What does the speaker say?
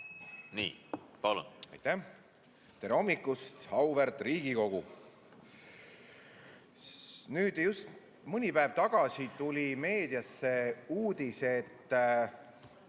Nii. Palun! Aitäh! Tere hommikust, auväärt Riigikogu! Nüüd just mõni päev tagasi tuli meediasse uudis, et